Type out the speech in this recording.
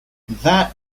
that